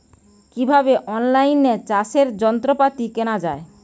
কিভাবে অন লাইনে চাষের যন্ত্রপাতি কেনা য়ায়?